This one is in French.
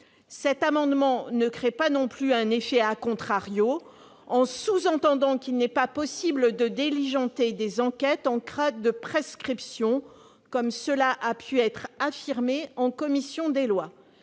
Cet amendement ne crée pas un « effet » en sous-entendant « qu'il n'est pas possible de diligenter des enquêtes en cas de prescription », comme cela a pu être affirmé en commission des lois.